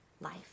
Life